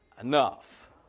enough